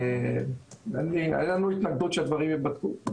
אין לנו התנגדות שהדברים ייבדקו.